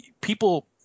people –